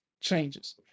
changes